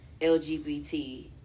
LGBT